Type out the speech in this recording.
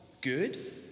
good